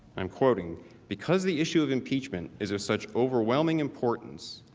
i'm quoting because the issue of impeachment is ah such overwhelming importance,